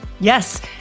Yes